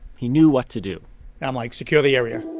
he knew what to do i'm like secure the area.